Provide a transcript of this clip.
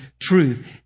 truth